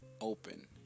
open